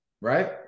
right